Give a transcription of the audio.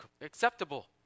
acceptable